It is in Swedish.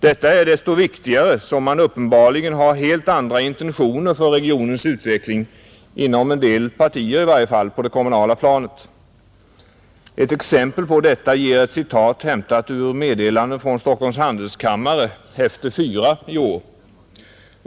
Detta är desto viktigare som man uppenbarligen inom i varje fall en del partier på det kommunala planet har helt andra intentioner för regionens utveckling. Ett exempel på detta ger ett citat hämtat ur Meddelande från Stockholms handelskammare, häfte 4 för i år.